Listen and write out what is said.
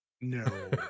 No